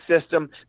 system